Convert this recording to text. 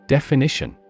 Definition